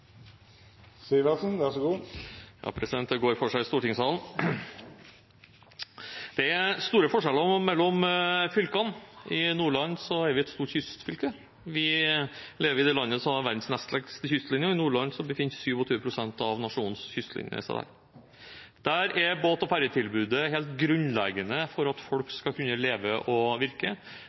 et stort kystfylke. Vi lever i det landet som har verdens nest lengste kystlinje, og i Nordland befinner 27 pst. av nasjonens kystlinje seg. Der er båt- og ferjetilbudet helt grunnleggende for at folk skal kunne leve og virke.